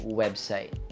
website